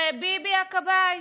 וביבי הכבאי,